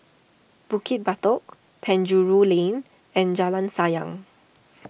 Bukit Batok Penjuru Lane and Jalan Sayang